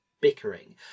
bickering